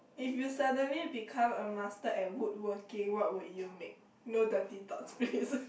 if you suddenly become a master at woodworking what would you make no dirty thoughts please